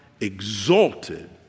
exalted